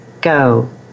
Go